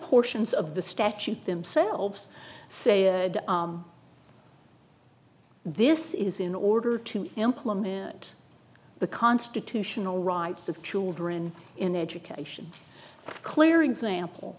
portions of the statute themselves say this is in order to implement the constitutional rights of children in education clear example